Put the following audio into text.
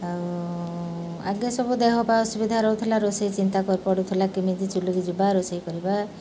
ଆଉ ଆଗେ ସବୁ ଦେହ ବା ଅସୁବିଧା ରହୁଥିଲା ରୋଷେଇ ଚିନ୍ତା ଥିଲା କେମିତି ଚୁଲିକି ଯିବା ରୋଷେଇ କରିବା